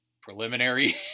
preliminary